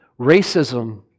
Racism